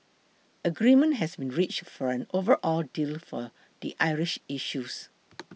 agreement has been reached for an overall deal for the Irish issues